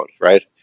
right